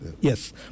Yes